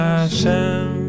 Hashem